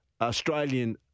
Australian